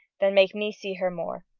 than make me see her more,